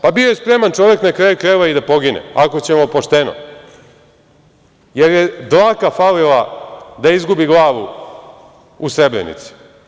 Pa bio je spreman čovek, na kraju krajeva, i da pogine, ako ćemo pošteno, jer je dlaka falila da izgubi glavu u Srebrenici.